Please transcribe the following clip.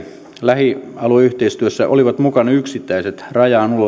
lähialueyhteistyössä olivat mukana yksittäiset rajaan